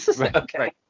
okay